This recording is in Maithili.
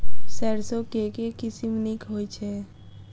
सैरसो केँ के किसिम नीक होइ छै?